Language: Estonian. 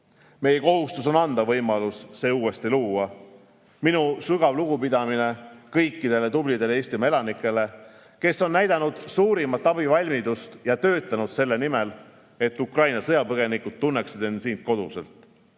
Meie kohustus on anda võimalus see uuesti luua. Minu sügav lugupidamine kõikidele tublidele Eesti elanikele, kes on näidanud suurimat abivalmidust ja töötanud selle nimel, et Ukraina sõjapõgenikud tunneksid end siin koduselt. Igaüks